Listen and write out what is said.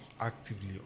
actively